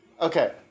Okay